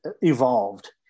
evolved